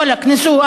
וואלכ, ניסו.